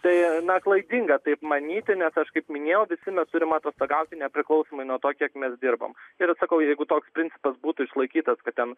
tai na klaidinga taip manyti nes aš kaip minėjau visi mes turim atostogauti nepriklausomai nuo to kiek mes dirbam ir sakau jeigu toks principas būtų išlaikytas kad ten